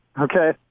Okay